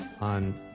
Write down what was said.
on